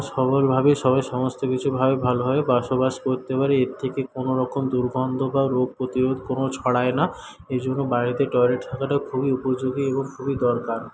সবার ভাবে সবাই সমস্ত কিছুভাবে ভালোভাবে বাসবাস করতে পারে এর থেকে কোনও রকম দুর্গন্ধ বা রোগ প্রতিরোধ কোনও ছড়ায় না এজন্য বাড়িতে টয়লেট থাকাটা খুবই উপযোগী এবং খুবই দরকার